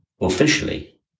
officially